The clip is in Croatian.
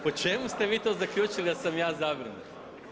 Po čemu ste vi to zaključili da sam ja zabrinut?